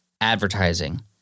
advertising